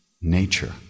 nature